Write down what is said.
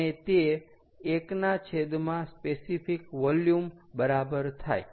અને તે 1 ના છેદમાં સ્પેસિફિક વોલ્યુમ બરાબર થાય